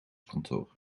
kantoor